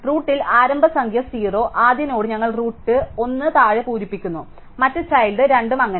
റൂട്ടിൽ ആരംഭ സംഖ്യ 0 ആദ്യ നോഡ് ഞങ്ങൾ റൂട്ടിന് 1 ൽ താഴെ പൂരിപ്പിക്കുന്നു മറ്റ് ചൈൽഡ് 2 ഉം അങ്ങനെ